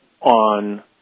on